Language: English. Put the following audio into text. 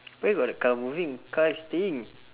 where got the car moving the car is still